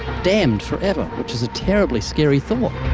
damned forever, which is a terribly scary thought.